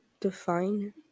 define